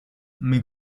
mais